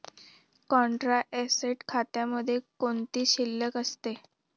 Contra asset खात्यामध्ये कोणती शिल्लक असते?